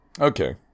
okay